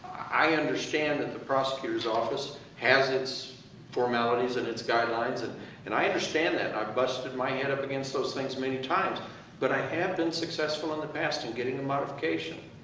i understand that the prosecutor's office has its formalities and its guidelines, and and i understand that. i've busted my head up against those things many times but i have been successful in the past in getting a modification.